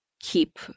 keep